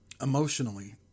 emotionally